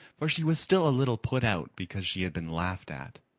for she was still a little put out because she had been laughed at.